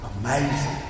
amazing